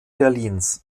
berlins